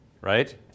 Right